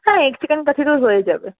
হ্যাঁ egg chicken kathi roll হয়ে যাবে